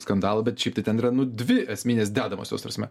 skandalą bet šiaip taip ten yra nu dvi esminės dedamosios ta prasme